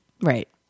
Right